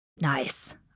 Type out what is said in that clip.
Nice